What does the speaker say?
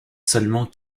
seulement